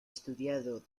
estudiado